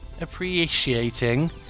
appreciating